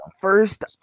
first